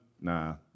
nah